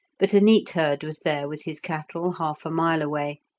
but a neatherd was there with his cattle half a mile away,